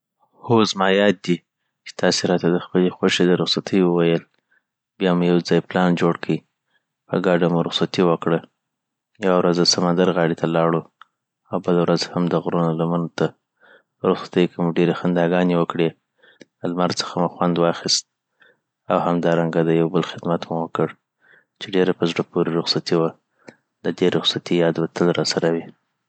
هو زما یاد دی چی تاسی راته د خپلي خوښي د رخصتي وویل بیامو یو ځای پلان جوړ کي په ګډه مو رخصتی وکړه یوه ورځ د سمندر غاړي ته لاړو او بله ورځ هم د غرونو لمنو ته په رخصتيو کی مو ډیري خنداګاني وکړي دلمر څخه مودخوند واخیست او همدارنګه د یوبل خدمت مو وکړ چي ډیره په زړه پوري رخصتې وه ددی رخصتی یاد به تل راسره وی